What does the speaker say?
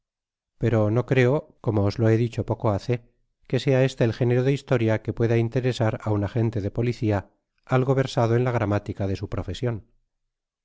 pero no creo como os lo he dicho poco hace que sea este el género de historia que pueda interesar á un agente de policia algo versado en la gramática de su profesion